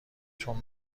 چون